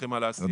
אתכם על העשייה.